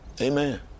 Amen